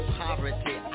poverty